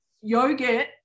yogurt